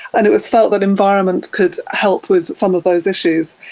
and it was felt that environment could help with some of those issues.